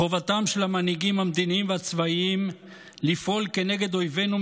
חובתם של המנהיגים המדיניים והצבאיים לפעול כנגד אויבינו,